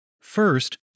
First